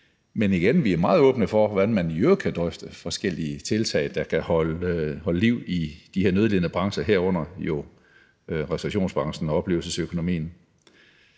Men igen: Vi er meget åbne for, hvordan man i øvrigt kan drøfte forskellige tiltag, der kan holde liv i de her nødlidende brancher, herunder restaurationsbranchen og oplevelsesøkonomien.